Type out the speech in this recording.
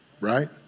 Right